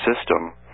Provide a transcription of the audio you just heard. system